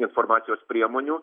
informacijos priemonių